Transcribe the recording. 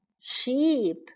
Sheep